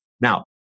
Now